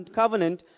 covenant